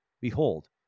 Behold